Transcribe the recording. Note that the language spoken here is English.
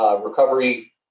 recovery